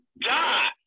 die